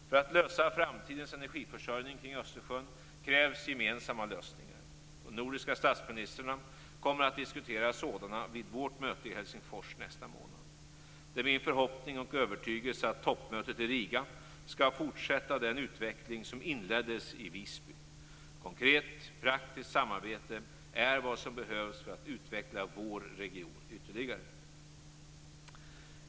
För att lösa framtidens energiförsörjning kring Östersjön krävs gemensamma lösningar. De nordiska statsministrarna kommer att diskutera sådana vid vårt möte i Helsingfors nästa månad. Det är min förhoppning och övertygelse att toppmötet i Riga skall fortsätta den utveckling som inleddes i Visby. Konkret praktiskt samarbete är vad som behövs för att utveckla vår region ytterligare.